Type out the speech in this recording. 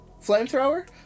Flamethrower